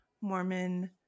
Mormon